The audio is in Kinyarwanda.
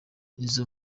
izo